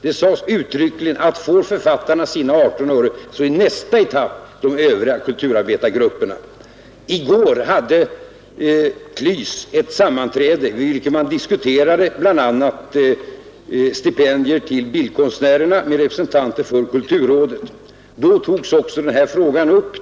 Det förklarades uttryckligen att får författarna sina 18 öre är nästa etapp de övriga kulturarbetargrupperna. I går hade KLYS ett sammanträde vid vilket man med representanter för kulturrådet diskuterade bl.a. stipendier till bildkonstnärerna.